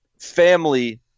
family